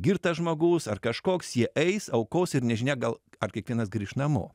girtas žmogus ar kažkoks jie eis aukos ir nežinia gal ar kiekvienas grįš namo